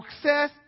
success